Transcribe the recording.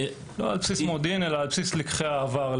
לא על בסיס מודיעין אלא על בסיס לקחי העבר.